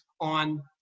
on